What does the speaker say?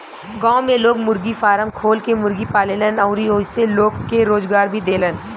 गांव में लोग मुर्गी फारम खोल के मुर्गी पालेलन अउरी ओइसे लोग के रोजगार भी देलन